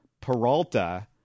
Peralta